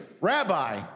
rabbi